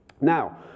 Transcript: Now